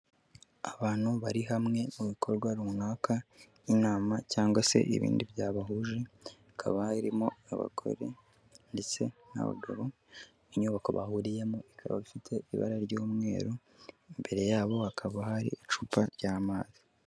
Abantu bari hamwe mu bikorwa runaka nk'inama cyangwa se ibindi byabahuje, hakaba harimo abagore ndetse n'abagabo, inyubako bahuriyemo ikaba ifite ibara ry'umweru, imbere yabo hakaba hari icupa ry'amazi.